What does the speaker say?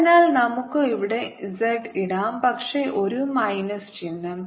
അതിനാൽ നമുക്ക് ഇവിടെ z ഇടാം പക്ഷേ ഒരു മൈനസ് ചിഹ്നം